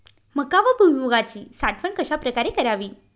मका व भुईमूगाची साठवण कशाप्रकारे करावी?